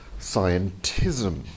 scientism